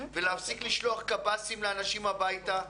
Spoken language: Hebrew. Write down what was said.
ולהפסיק לשלוח קב"סים לאנשים הביתה.